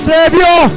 Savior